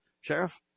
Sheriff